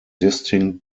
distinct